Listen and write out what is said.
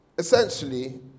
Essentially